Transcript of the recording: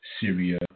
Syria